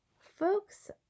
Folks